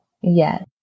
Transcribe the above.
yes